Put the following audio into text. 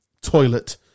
toilet